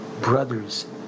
brothers